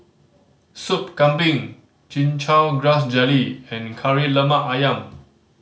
Sop Kambing Chin Chow Grass Jelly and Kari Lemak Ayam